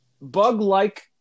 bug-like